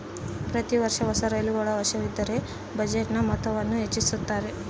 ಪ್ರತಿ ವರ್ಷ ಹೊಸ ರೈಲುಗಳ ಅವಶ್ಯವಿದ್ದರ ಬಜೆಟಿನ ಮೊತ್ತವನ್ನು ಹೆಚ್ಚಿಸುತ್ತಾರೆ